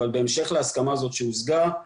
בהמשך להסכמה הזאת שהושגה,